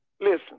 listen